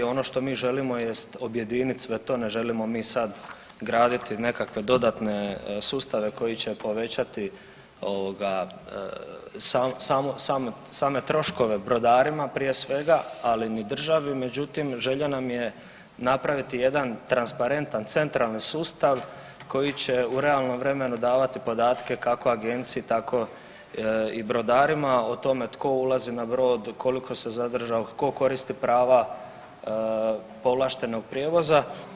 Ono što mi želimo jest objedinit sve to, ne želimo mi sad graditi nekakve dodatne sustave koji će povećati ovoga samo, same troškove brodarima prije svega, ali ni državi, međutim želja nam je napraviti jedan transparentan centralni sustav koji će u realnom vremenu davati podatke kako agenciji tako i brodarima o tome tko ulazi na brod, koliko se zadržao, tko koristi prava povlaštenog prijevoza.